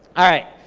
alright,